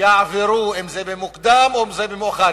יעברו במוקדם או במאוחר,